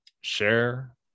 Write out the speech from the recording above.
share